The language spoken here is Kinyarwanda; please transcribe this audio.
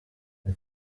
ati